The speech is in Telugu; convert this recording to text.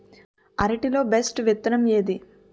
అరటి లో బెస్టు విత్తనం ఏది?